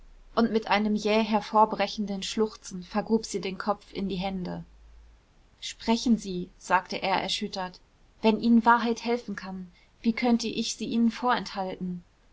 und mit einem jäh hervorbrechenden schluchzen vergrub sie den kopf in die hände sprechen sie sagte er erschüttert wenn ihnen wahrheit helfen kann wie könnte ich sie ihnen vorenthalten